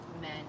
men